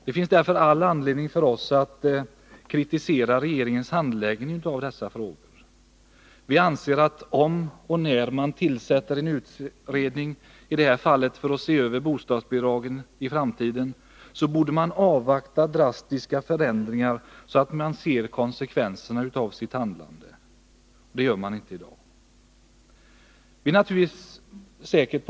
Det finns därför all anledning att kritisera regeringens handläggning av dessa frågor. Vi anser att om och när man tillsätter en utredning för att se över bostadsbidragen i framtiden. borde man avvakta drastiska förändringar, så att man ser konsekvenserna av sitt handlande. Det gör man inte i dag.